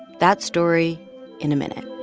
that story in a minute